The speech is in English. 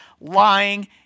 lying